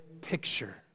picture